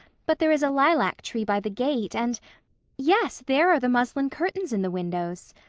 but there is a lilac tree by the gate, and yes, there are the muslin curtains in the windows.